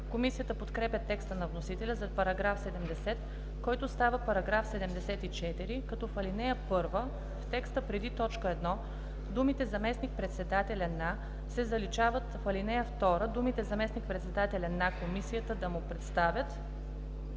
Комисията подкрепя текста на вносителя за § 70, който става § 74, като в ал. 1 в текста преди точка 1 думите „заместник-председателя на“ се заличават, в ал. 2 думите „заместник-председателя на Комисията да му представят“